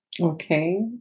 okay